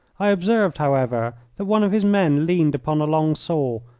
i observed, however, that one of his men leaned upon a long saw,